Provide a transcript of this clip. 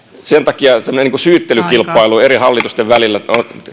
sen takia tämmöinen syyttelykilpailu eri hallitusten välillä